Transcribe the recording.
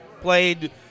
played